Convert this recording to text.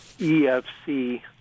EFC